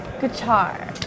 Guitar